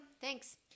Thanks